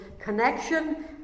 connection